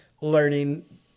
learning